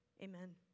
Amen